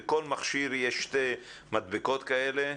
בכל מכשיר יש שתי מדבקות כאלה.